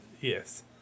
Yes